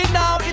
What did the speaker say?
now